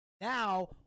now